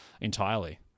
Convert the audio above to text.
entirely